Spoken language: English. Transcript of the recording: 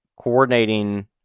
coordinating